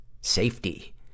safety